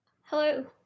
Hello